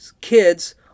kids